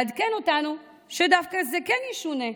לעדכן אותנו שדווקא זה כן ישונה.